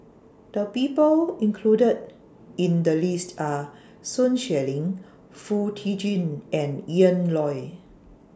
The People included in The list Are Sun Xueling Foo Tee Jun and Ian Loy